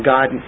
God